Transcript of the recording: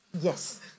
yes